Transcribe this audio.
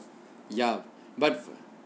ya but